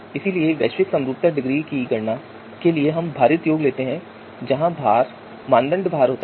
इसलिए वैश्विक समरूपता डिग्री की गणना के लिए हम भारित योग लेते हैं जहां भार मानदंड भार होते हैं